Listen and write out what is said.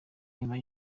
nyuma